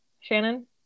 Shannon